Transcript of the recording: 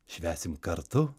švęsim kartu